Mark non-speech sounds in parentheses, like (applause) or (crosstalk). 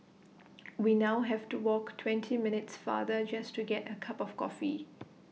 (noise) we now have to walk twenty minutes farther just to get A cup of coffee